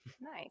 Nice